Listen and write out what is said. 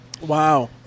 Wow